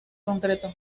concretó